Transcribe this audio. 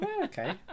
Okay